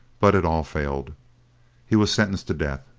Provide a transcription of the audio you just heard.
but it all failed he was sentenced to death.